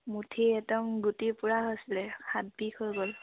মুঠি একদম গুটিৰ পূৰা হৈছিলে হাত বিষ হৈ গ'ল